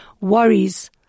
worries